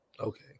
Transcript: okay